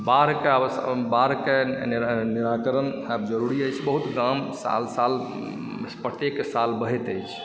बाढ़िके आवश्यक बाढ़िकेँ निराकरण होयब जरुरी अछि बहुत गाम साल साल प्रत्येक साल बहैत अछि